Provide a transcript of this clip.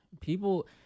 people